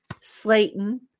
Slayton